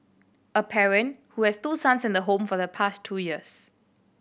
a parent who has two sons in the home for the past two years